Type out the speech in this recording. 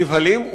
נבהלים,